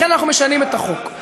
לכן אנחנו משנים את החוק.